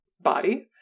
body